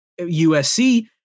USC